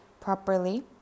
properly